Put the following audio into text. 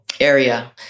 area